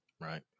Right